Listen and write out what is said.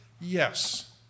Yes